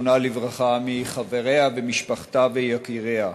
זיכרונה לברכה, מחבריה ומשפחתה ויקיריה.